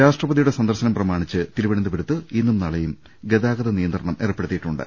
രാഷ്ട്രപതിയുടെ സന്ദർശനം പ്രമാണിച്ച് തിരുവനന്തപുരത്ത് ഇന്നും നാളെയും ഗതാഗത നിയ ന്ത്രണങ്ങൾ ഏർപ്പെടുത്തിയിട്ടുണ്ട്